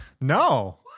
No